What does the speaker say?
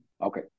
Okay